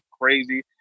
crazy